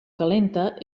calenta